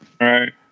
right